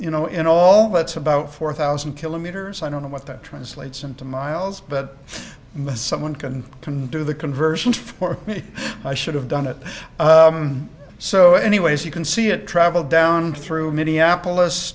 you know in all that's about four thousand kilometers i don't know what that translates into miles but when someone can can do the conversions for me i should have done it so anyways you can see it traveled down through minneapolis